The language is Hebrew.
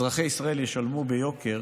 אזרחי ישראל ישלמו ביוקר